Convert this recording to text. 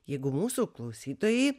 jeigu mūsų klausytojai